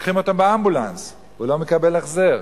לוקחים אותו באמבולנס, הוא לא מקבל החזר.